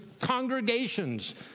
congregations